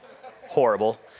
horrible